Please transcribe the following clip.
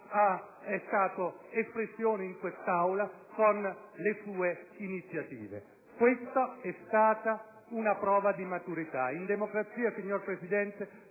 è stato interprete in quest'Aula con le sue iniziative. Abbiamo dato una prova di maturità. In democrazia, signor Presidente,